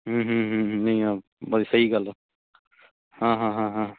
ਹੂੰ ਹੂੰ ਹੂੰ ਹੂੰ ਹੂੰ ਨਹੀਂ ਆ ਬ ਸਹੀ ਗੱਲ ਆ ਹਾਂ ਹਾਂ ਹਾਂ ਹਾਂ